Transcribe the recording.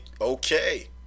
okay